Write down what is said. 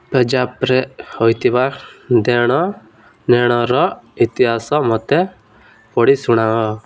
ପେଜାପ୍ରେ ହୋଇଥିବା ଦେଣ ନେଣର ଇତିହାସ ମୋତେ ପଢ଼ି ଶୁଣାଅ